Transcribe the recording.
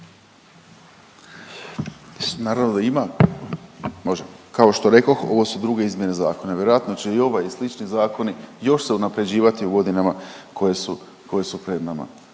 Naravno da ima, može, kao što rekoh ovo su druge izmjene zakona. Vjerojatno će i ovaj i slični zakoni još se unapređivati u godinama koje su pred nama.